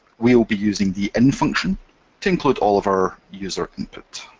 we will be using the in function to include all of our user input.